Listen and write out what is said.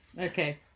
Okay